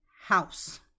house